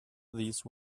these